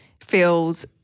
feels